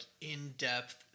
in-depth